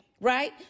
right